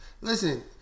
Listen